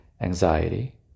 anxiety